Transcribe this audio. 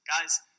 guys